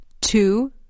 two